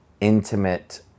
intimate